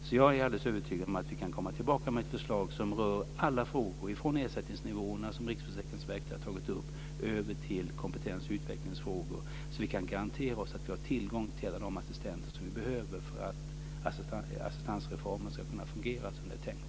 Jag är därför alldeles övertygad om att vi kan komma tillbaka med ett förslag som rör alla frågor, från ersättningsnivåerna, som Riksförsäkringsverket har tagit upp, till kompetens och utvecklingsfrågor, så att vi kan garantera att vi har tillgång till alla de assistenter som vi behöver för att assistansreformen ska kunna fungera som det är tänkt.